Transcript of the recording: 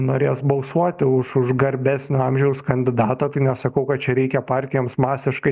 norės balsuoti už už garbesnio amžiaus kandidatą tai nesakau kad čia reikia partijoms masiškai